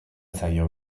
zaio